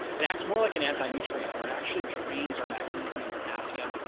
it acts more like an anti nutrient where it actually drains our magnesium, potassium,